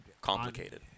complicated